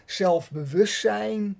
zelfbewustzijn